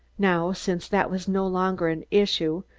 now, since that was no longer an issue,